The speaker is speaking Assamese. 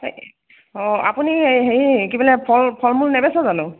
এই আপুনি হেৰি কি বোলে ফল ফল মূল নেবেচে জানো